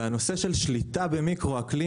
והנושא של שליטה במיקרו-אקלים